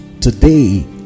Today